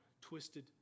twisted